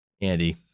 Andy